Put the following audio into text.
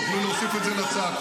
תוכלו להוסיף את זה לצעקות,